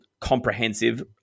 comprehensive